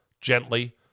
gently